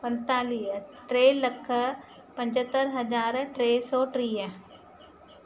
पंतालीह टे लख पंजहतरि हज़ार टे सौ टीह